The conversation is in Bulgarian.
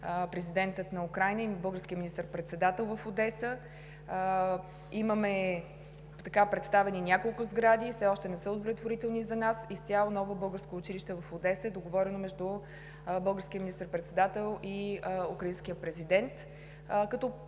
президентът на Украйна и българският министър-председател в Одеса. Имаме предоставени няколко сгради, но все още не са удовлетворителни за нас. Изцяло ново българско училище в Одеса е договорено между българския министър-председател и украинския президент,